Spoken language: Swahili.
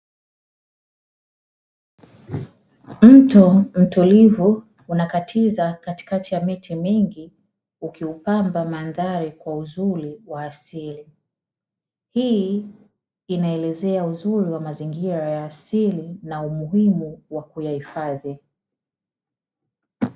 Mto mtulivu unakatiza katikati ya miti mingi ukiupamba mandhari kwa uzuri wa asili. Hii inaelezea uzuri wa mazingira ya asili na umuhimu wa kuyahifadhi.